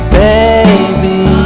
baby